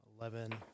Eleven